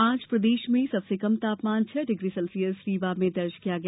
आज प्रदेश में सबसे कम तापमान छह डिग्री सेल्सियस रीवा में दर्ज किया गया